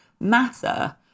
matter